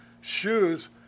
shoes